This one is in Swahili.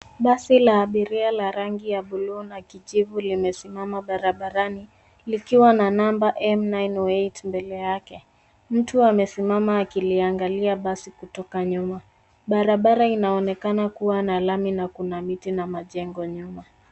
Basi la abiria la rangi ya bluu na kijivu limesimama barabarani likiwa na namba M908 mbele yake. Mtu amesimama akiliangalia basi kutoka nyuma. Barabara inaonekana kuwa na lami na kuna miti na majengo nyuma.